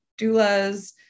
doulas